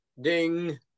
Ding